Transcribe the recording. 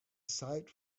sight